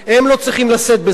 הם לא צריכים לשאת בזה.